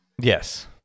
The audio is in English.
Yes